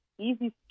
easy